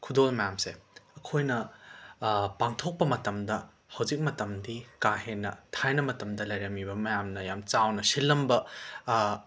ꯈꯨꯗꯜ ꯃꯌꯥꯝꯁꯦ ꯑꯈꯣꯏꯅ ꯄꯥꯡꯊꯣꯛꯄ ꯃꯇꯝꯗ ꯍꯧꯖꯤꯛ ꯃꯇꯝꯗꯤ ꯀꯥ ꯍꯦꯟꯅ ꯊꯥꯏꯅ ꯃꯇꯝꯗ ꯂꯩꯔꯝꯃꯤꯕ ꯃꯌꯥꯝꯅ ꯌꯥꯝ ꯆꯥꯎꯅ ꯁꯤꯜꯂꯝꯕ